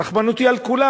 רחמנותי על כולם.